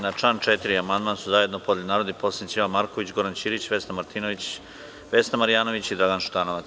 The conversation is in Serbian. Na član 4. amandman su zajedno podneli narodni poslanici Jovan Marković, Goran Ćirić, Vesna Martinović, Vesna Marjanović i Dragan Šutanovac.